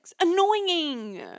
annoying